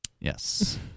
Yes